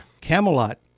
Camelot